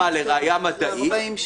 המשמעות,